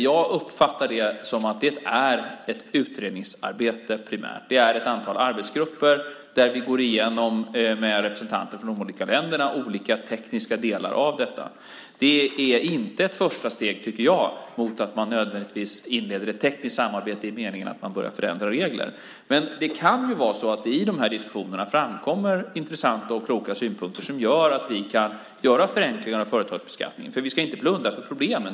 Jag uppfattar att det primärt är ett utredningsarbete. Det är ett antal arbetsgrupper där vi med representanter från de olika länderna går igenom olika tekniska delar av detta. Jag tycker inte att det är ett första steg mot att man nödvändigtvis inleder ett tekniskt samarbete i meningen att man börjar förändra regler. Men det kan vara så att det i dessa diskussioner framkommer intressanta och kloka synpunkter som gör att vi kan göra förenklingar av företagsbeskattningen. Vi ska ju inte blunda för problemen.